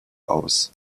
aus